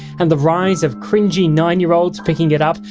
and the rise of cringey nine year olds picking it up,